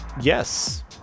Yes